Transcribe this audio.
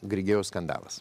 grigeo skandalas